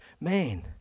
man